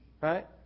Right